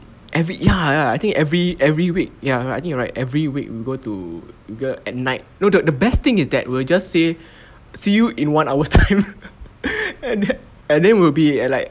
every ya ya I think every every week ya I think you're right every week we go to we go at night no the the best thing is that we'll just say see you in one hour time and then we'll be eh like